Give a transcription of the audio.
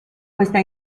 questa